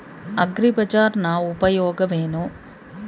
ಅಗ್ರಿಬಜಾರ್ ನ ಉಪಯೋಗವೇನು?